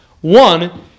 One